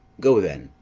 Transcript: go then,